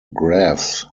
graphs